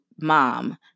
mom